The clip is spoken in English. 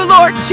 Lord